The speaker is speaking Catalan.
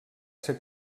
ser